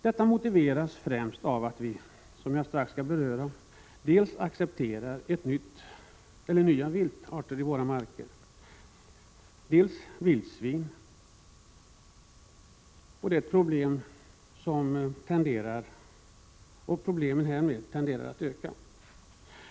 Detta motiveras främst av att vi, som jag strax skall beröra, accepterar nya arter av vilt i våra marker, nämligen vildsvin, och att problemen med redan befintliga arter tenderar att öka.